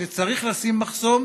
שצריך לשים מחסום,